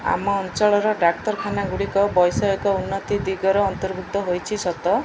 ଆମ ଅଞ୍ଚଳର ଡାକ୍ତରଖାନା ଗୁଡ଼ିକ ବୈଷୟିକ ଉନ୍ନତି ଦିଗରେ ଅନ୍ତର୍ଭୁକ୍ତ ହୋଇଛି ସତ